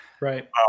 Right